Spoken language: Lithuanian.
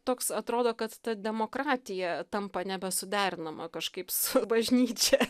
toks atrodo kad ta demokratija tampa nebesuderinama kažkaip su bažnyčia